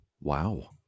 Wow